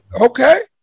okay